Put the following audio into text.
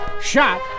Shot